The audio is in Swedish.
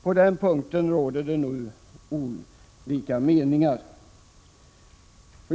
På den punkten råder det olika meningar.